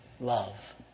love